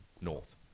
north